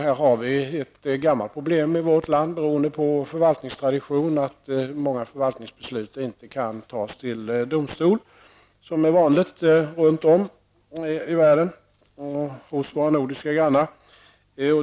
Här har vi ett gammalt problem i vårt land, beroende på förvaltningstradition, att många förvaltningsbeslut inte kan tas upp i domstol vilket är vanligt runt om i världen och hos våra nordiska grannar.